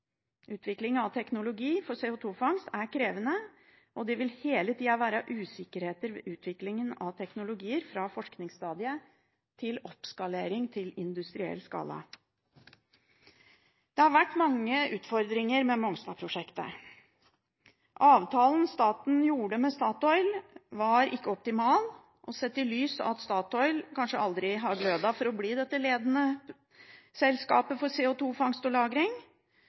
Utvikling av teknologi for CO2-fangst er krevende, og det vil hele tida være usikkerhet ved utviklingen av teknologi fra forskningsstadiet til oppskalering til industriell skala. Det har vært mange utfordringer med Mongstad-prosjektet. Avtalen staten gjorde med Statoil, var ikke optimal, og sett i lys av at Statoil kanskje aldri har handlet for å bli det ledende selskapet for CO2-fangst og